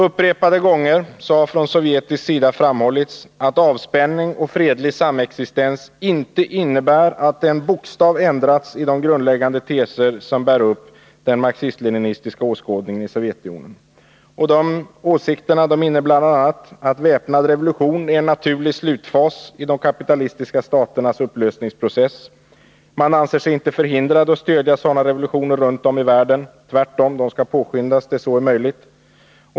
Upprepade gånger har från sovjetisk sida framhållits att ”avspänning” och ”fredlig samexistens” inte innebär att en enda bokstav ändrats i de grundläggande teser som bär upp den marxist-leninistiska åskådningen i Sovjetunionen. Dessa åsikter innebär bl.a. att väpnad revolution är en naturlig slutfas i de kapitalistiska staternas upplösningsprocess. Man anser sig inte vara förhindrad att stödja sådana revolutioner runt om i världen — tvärtom. De skall påskyndas där så är möjligt.